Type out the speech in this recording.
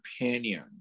opinion